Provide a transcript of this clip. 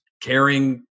caring